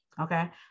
okay